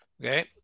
Okay